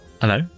Hello